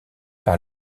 par